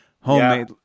homemade